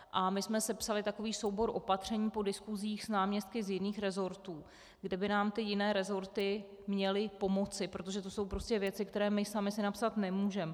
A my jsme sepsali takový soubor opatření po diskusích s náměstky z jiných resortů, kde by nám ty jiné resorty měly pomoci, protože to jsou prostě věci, které my sami si napsat nemůžeme.